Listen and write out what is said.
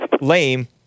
lame